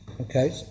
Okay